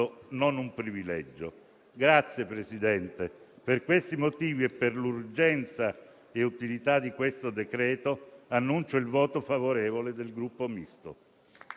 non un privilegio. Presidente, per questi motivi e per l'urgenza e utilità di questo decreto, annuncio il voto favorevole del Gruppo Misto.